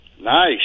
Nice